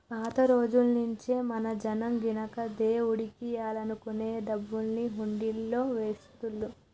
పాత రోజుల్నుంచీ మన జనం గినక దేవుడికియ్యాలనుకునే డబ్బుని హుండీలల్లో వేస్తుళ్ళు